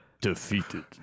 defeated